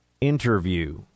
interview